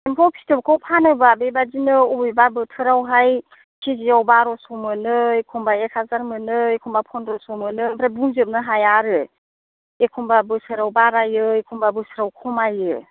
एम्फौ फिथोबखौ फानोबा बेबायदिनो अबेबा बोथोराव हाय कि जिआव बार'स' मोनो एखनबा एक हाजार मोनो एखनबा पन्द्रस' मोनो ओमफ्राय बुंजोबनो हाया आरो एखनबा बोसोराव बारायो एखनबा बोसोराव खमायो